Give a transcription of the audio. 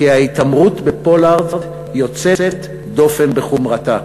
כי ההתעמרות בפולארד יוצאת דופן בחומרתה,